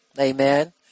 Amen